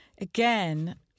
again